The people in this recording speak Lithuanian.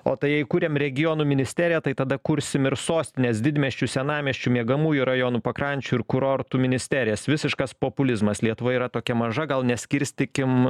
o tai jei kuriam regionų ministeriją tai tada kursim ir sostinės didmiesčių senamiesčių miegamųjų rajonų pakrančių ir kurortų ministerijas visiškas populizmas lietuva yra tokia maža gal neskirstykim